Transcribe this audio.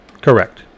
Correct